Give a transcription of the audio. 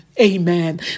Amen